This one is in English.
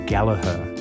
Gallagher